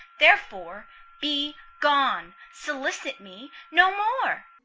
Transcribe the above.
therefore be gone solicit me no more.